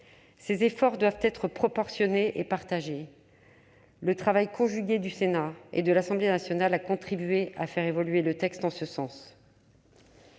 Ces efforts doivent être proportionnés et partagés. Le travail conjugué du Sénat et de l'Assemblée nationale a contribué à faire évoluer le texte en ce sens.